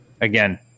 Again